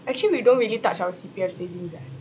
actually we don't really touch our C_P_F savings eh